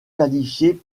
qualifiées